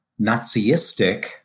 Naziistic